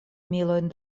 milojn